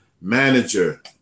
manager